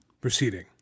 Proceeding